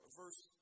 verse